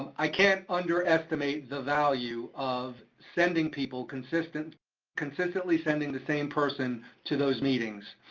i can't underestimate the value of sending people, consistently consistently sending the same person to those meetings.